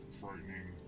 frightening